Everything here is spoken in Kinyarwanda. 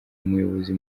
umuyobozi